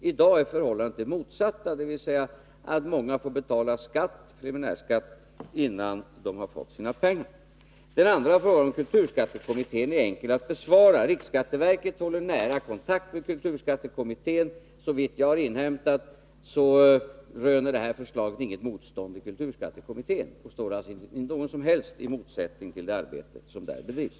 I dag är förhållandet det motsatta — många får betala preliminärskatt innan de har fått sina pengar. Jan-Erik Wikströms andra fråga, den om kulturskattekommittén, är enkel att besvara. Riksskatteverket håller nära kontakt med kulturskattekommittén. Enligt de uppgifter som jag har inhämtat röner riksskatteverkets förslag inget motstånd i kulturskattekommittén. Det står alltså inte i någon som helst motsättning till det arbete som där bedrivs.